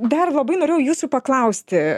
dar labai norėjau jūsų paklausti